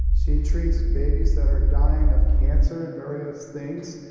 she treats babies that are dying of cancer and various things.